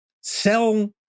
sell